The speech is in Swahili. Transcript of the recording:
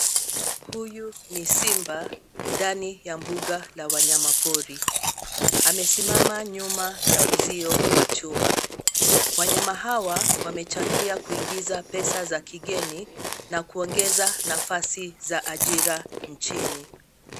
Huyu ni simba ndani ya mbuga la wanyama pori. Amesimama nyuma ya uzio wa chuma. Wanyama hawa wamechangia kuingiza pesa za kigeni na kuongeza nafasi za ajira nchini.